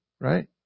Right